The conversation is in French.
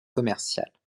commerciale